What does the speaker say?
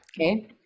Okay